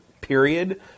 period